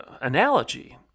analogy